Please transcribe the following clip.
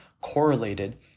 correlated